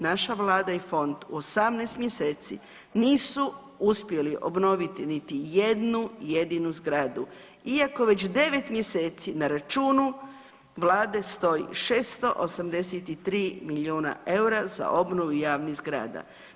Naša Vlada i fond u 18 mjeseci nisu uspjeli obnoviti niti jednu jedinu zgradu iako već 9 mjeseci na računu Vlade stoji 683 miliona EUR-a za obnovu javnih zgrada.